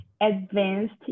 advanced